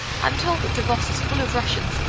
i'm told that davos is full of russians,